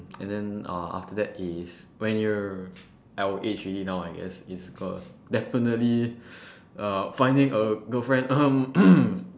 and then uh after that is when you're our age already now I guess is uh definitely uh finding a girlfriend